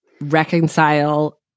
reconcile